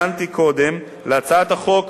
קודם, להצעת החוק